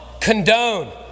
condone